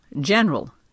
general